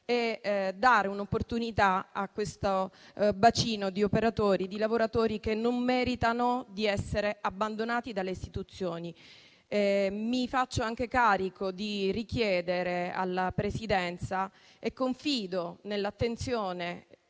per dare un'opportunità a questo bacino di operatori, lavoratori che non meritano di essere abbandonati dalle istituzioni. Mi faccio anche carico di richiedere alla Presidenza, confidando nell'attenzione